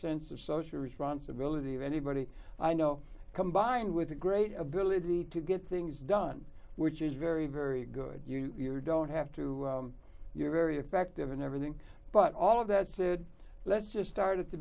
sense of social responsibility of anybody i know combined with a great ability to get things done which is very very good you don't have to you're very effective in everything but all that said let's just start at the